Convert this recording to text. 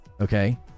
Okay